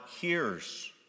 hears